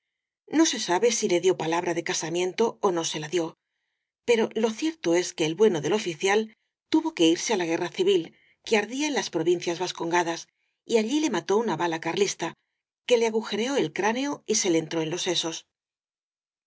no se sabe si le dió palabra de casa miento ó no se la dió pero lo cierto es que el bue no del oficial tuvo que irse á la guerra civil que ardía en las provincias vascongadas y allí le mató una bala carlista que le agujereó el cráneo y se le entró en los sesos